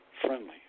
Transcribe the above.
friendly